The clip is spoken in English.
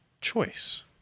choice